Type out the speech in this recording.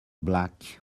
black